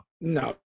No